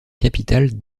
capitale